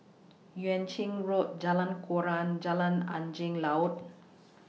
Yuan Ching Road Jalan Koran Jalan Angin Laut